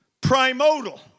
primordial